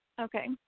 Okay